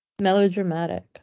Melodramatic